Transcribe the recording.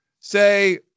say